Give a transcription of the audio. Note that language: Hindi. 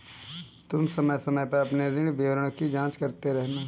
तुम समय समय पर अपने ऋण विवरण की जांच करते रहना